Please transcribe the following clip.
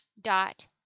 dot